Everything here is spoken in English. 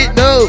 no